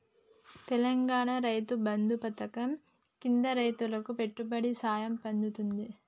తెలంగాణాల రైతు బంధు పథకం కింద రైతులకు పెట్టుబడి సాయం అందుతాంది